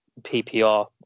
PPR